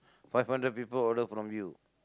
five hundred people order from you